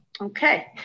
Okay